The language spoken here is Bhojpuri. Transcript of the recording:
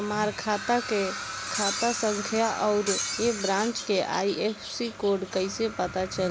हमार खाता के खाता संख्या आउर ए ब्रांच के आई.एफ.एस.सी कोड कैसे पता चली?